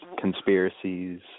conspiracies